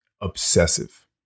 obsessive